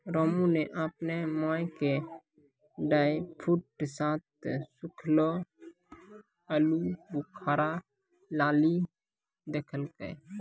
रामू नॅ आपनो माय के ड्रायफ्रूट साथं सूखलो आलूबुखारा लानी क देलकै